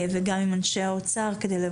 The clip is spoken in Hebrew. הגב' שאשא ביטון וגם עם אנשי משרד האוצר וזאת